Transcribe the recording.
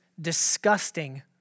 disgusting